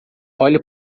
olhe